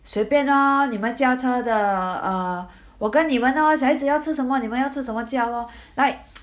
随便啊你们驾车的 err 我跟你们啊小孩子要吃什么你们要吃什么这样咯 like